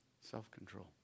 self-control